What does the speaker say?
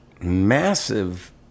massive